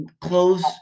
close